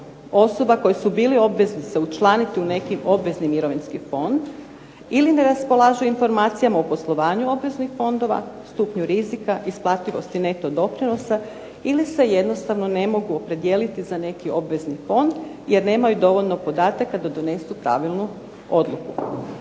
osoba koji su bili obvezni se učlaniti u neki obvezni Mirovinski fond ili ne raspolažu informacijama o poslovanju obveznih fondova, o stupnju rizika, isplativosti, neto doprinosa ili se jednostavno ne mogu opredijeliti za neki obvezni fond jer nemaju dovoljno podataka da donesu pravilnu odluku.